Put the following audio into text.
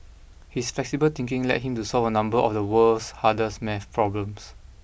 his flexible thinking led him to solve a number of the world's hardest math problems